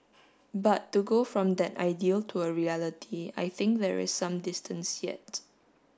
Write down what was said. but to go from that ideal to a reality I think there is some distance yet